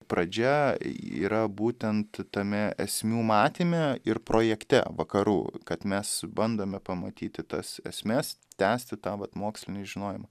pradžia yra būtent tame esmių matyme ir projekte vakarų kad mes bandome pamatyti tas esmes tęsti tą vat mokslinį žinojimą